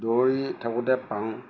দৌৰি থাকোতে পাওঁ